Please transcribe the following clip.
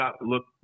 look